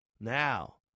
now